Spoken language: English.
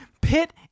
pit